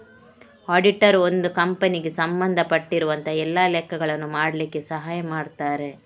auditor ಒಂದು ಕಂಪನಿಗೆ ಸಂಬಂಧ ಪಟ್ಟಿರುವಂತಹ ಎಲ್ಲ ಲೆಕ್ಕಗಳನ್ನ ಮಾಡ್ಲಿಕ್ಕೆ ಸಹಾಯ ಮಾಡ್ತಾರೆ